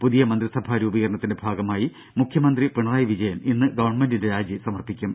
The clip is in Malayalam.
പുതിയ മന്ത്രിസഭാ രൂപീകരണത്തിന്റെ ഭാഗമായി മുഖ്യമന്ത്രി പിണറായി വിജയൻ ഇന്ന് ഗവൺമെന്റിന്റെ രാജി സമർപ്പിക്കും